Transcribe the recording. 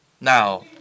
Now